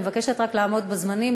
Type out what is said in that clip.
אני מבקשת רק לעמוד בזמנים.